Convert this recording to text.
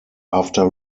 after